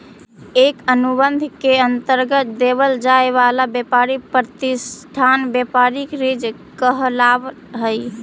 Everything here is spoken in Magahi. एक अनुबंध के अंतर्गत देवल जाए वाला व्यापारी प्रतिष्ठान व्यापारिक लीज कहलाव हई